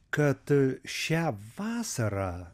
kad šią vasarą